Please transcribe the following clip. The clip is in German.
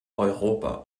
europa